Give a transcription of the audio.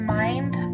mind